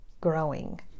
growing